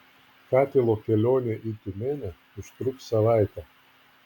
katilo kelionė į tiumenę užtruks savaitę